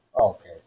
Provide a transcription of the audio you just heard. Okay